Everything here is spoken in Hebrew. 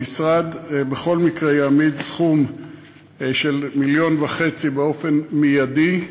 המשרד בכל מקרה יעמיד סכום של 1.5 מיליון שקלים באופן מיידי,